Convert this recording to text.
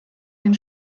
den